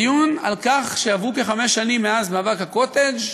דיון על כך שעברו כחמש שנים מאז מאבק הקוטג',